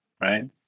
right